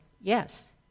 yes